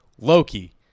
Loki